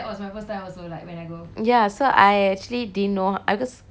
ya so I actually didn't know cause I'm not a satti soru sorru fan